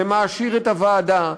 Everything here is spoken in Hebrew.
זה מעשיר את הוועדה,